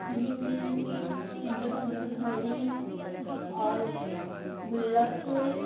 चीनी मिट्टी की सुंदर सुंदर घड़ी और गुल्लक